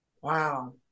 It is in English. Wow